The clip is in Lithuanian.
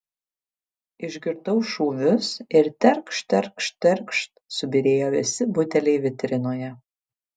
išgirdau šūvius ir terkšt terkšt terkšt subyrėjo visi buteliai vitrinoje